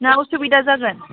ना उसुबिदा जागोन